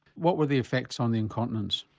what were the effects on the incontinence?